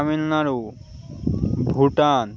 Tamil Nadu Bhutan